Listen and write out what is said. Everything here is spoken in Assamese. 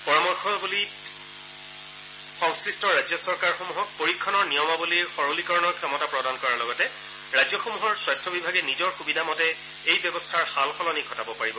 পৰামৰ্শাৱলীত সংশ্লিষ্ট ৰাজ্য চৰকাৰসমূহক পৰীক্ষণৰ নিয়মাৱলীৰ সৰলীকৰণৰ ক্ষমতা প্ৰদান কৰাৰ লগতে ৰাজ্যসমূহৰ স্বাস্থ্য বিভাগে নিজৰ সুবিধা মতে এই ব্যৱস্থাৰ সালসলনি ঘটাব পাৰিব